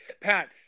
Pat